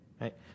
Right